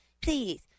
please